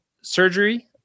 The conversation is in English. surgery